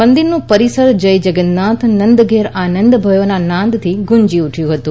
મંદિરનું પરિસર જય જગન્નાથ નંદ ઘેર આનંદ ભયોનાં નાદથી ગુંજી ઉઠ્યું હતું